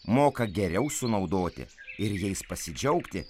moka geriau sunaudoti ir jais pasidžiaugti